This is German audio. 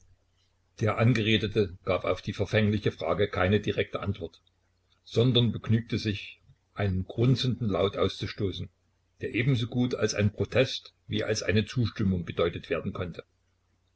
der angeredete gab auf die verfängliche frage keine direkte antwort sondern begnügte sich einen grunzenden laut auszustoßen der ebensogut als ein protest wie als eine zustimmung gedeutet werden konnte